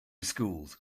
schools